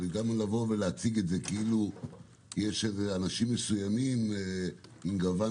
גם להציג את זה כאילו יש אנשים מסוימים עם גוון